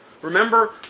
Remember